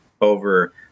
over